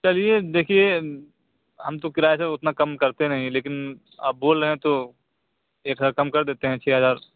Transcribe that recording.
چلیے دیکھیے ہم تو کرایے سے اتنا کم کرتے نہیں ہیں لیکن آپ بول رہے ہیں تو ایک ہزار کم کر دیتے ہیں چھ ہزار